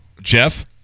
Jeff